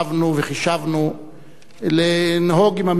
לנהוג עם הממשלה מידה כנגד מידה,